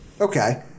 Okay